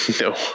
No